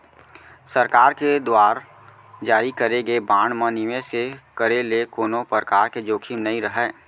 सरकार के दुवार जारी करे गे बांड म निवेस के करे ले कोनो परकार के जोखिम नइ राहय